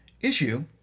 issue